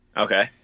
Okay